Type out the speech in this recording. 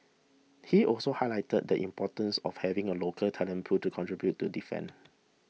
he also highlighted the importance of having a local talent pool to contribute to defence